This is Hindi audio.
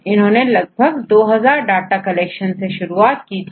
इन्होंने 2000 डाटा कलेक्ट कर शुरुआत की थी